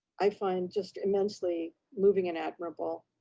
i find just immensely moving and admirable.